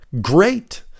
great